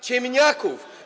Ciemniaków!